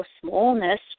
smallness